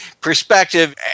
perspective